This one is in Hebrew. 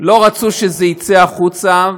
לא רצו שזה יצא החוצה,